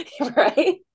right